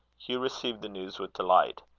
hugh received the news with delight.